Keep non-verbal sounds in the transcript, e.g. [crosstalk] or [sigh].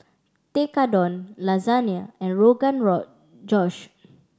Tekkadon Lasagne and Rogan [unintelligible] Josh